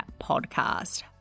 podcast